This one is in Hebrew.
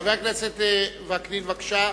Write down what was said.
חבר הכנסת וקנין, בבקשה.